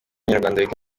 b’abanyarwanda